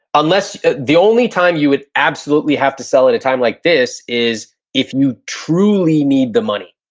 unless, the only time you would absolutely have to sell at a time like this, is if you truly need the money.